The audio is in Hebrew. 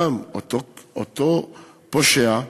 אותו פושע,